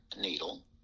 needle